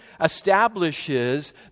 establishes